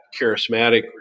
charismatic